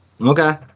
Okay